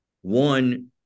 one